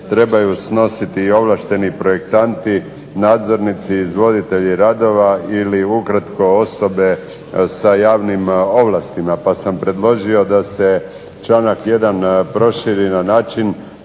trebaju snositi ovlašteni projektanti, nadzornici ili izvoditelji radova ili ukratko osobe sa javnim ovlastima, pa sam predložio da se članak 1. Proširi na način